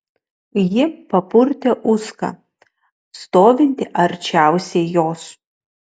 ji papurtė uską stovintį arčiausiai jos